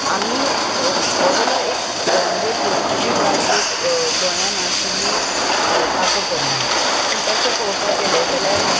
आमी वो जालो एक म्हणजे पोर्तुगीज राजवट गोंयांत आशिल्ली हाचो परिणाम पूण तशें पळोवपाक गेलें जाल्यार